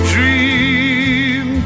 Dream